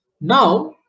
Now